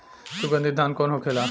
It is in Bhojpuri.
सुगन्धित धान कौन होखेला?